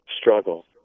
struggle